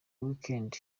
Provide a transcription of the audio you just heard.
weekend